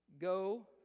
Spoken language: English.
Go